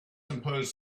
impose